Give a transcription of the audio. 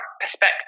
perspective